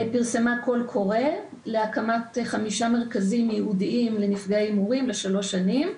פרסמה קול קורא להקמת חמישה מרכזים ייעודיים לנפגעי הימורים לשלוש שנים,